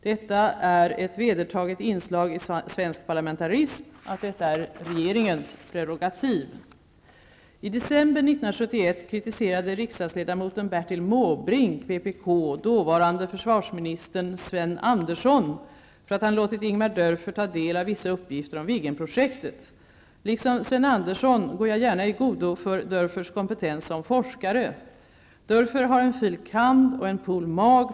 Det är ett vedertaget inslag i svensk parlamentarism att detta är regeringens prerogativ. Bertil Måbrink, vpk, dåvarande försvarsministern Sven Andersson för att han hade låtit Ingemar Dörfer ta del av vissa uppgifter om Viggenprojektet. Liksom Sven Andersson går jag gärna i god för Dörfers kompetens som forskare. Dörfer har en fil.kand. och en pol.mag.